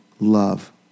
love